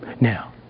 Now